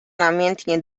namiętnie